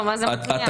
מה זה "המגבלות"?